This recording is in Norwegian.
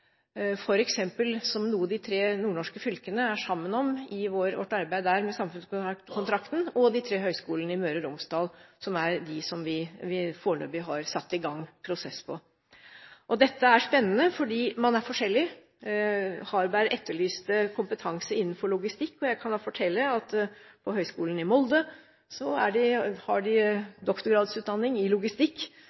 f.eks. som noe av de tre nordnorske fylkene er sammen om i vårt arbeid der med samfunnskontrakten, og de tre høyskolene i Møre og Romsdal, som er de som vi foreløpig har satt i gang en prosess for. Dette er spennende, fordi man er forskjellig. Representanten Harberg etterlyste kompetanse innenfor logistikk. Jeg kan fortelle at på Høgskolen i Molde har de doktorgradsutdanning i logistikk,